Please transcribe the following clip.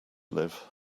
live